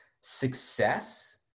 success